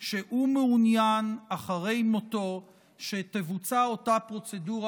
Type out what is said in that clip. שהוא מעוניין שאחרי מותו תבוצע אותה פרוצדורה